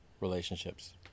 relationships